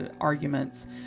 arguments